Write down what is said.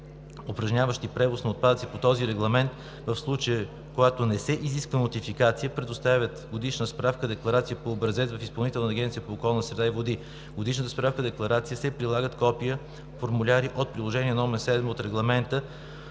упражняващи превоз на отпадъци по този регламент в случая, когато не се изисква нотификация, предоставят годишна справка-декларация по образец в Изпълнителната агенция по околна среда и води. В годишната справка-декларация се прилагат копия – формуляри от Приложение № 7 от Регламента,